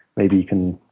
maybe you can